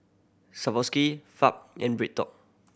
Swarovski Fab and BreadTalk